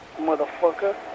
Motherfucker